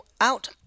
out